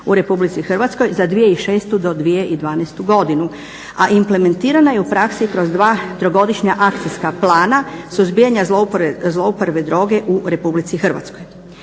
u RH za 2006. do 2012. godinu. A implementirana je u praksi kroz 2 trogodišnja akcijska plana suzbijanja zlouporabe droge u RH.